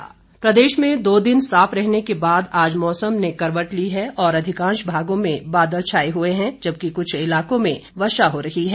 मौसम प्रदेश में दो दिन मौसम साफ रहने के बाद आज मौसम ने करवट ली है और अधिकांश भागों में आज बादल छाए हुए हैं जबकि कुछ इलाकों में वर्षा हो रही है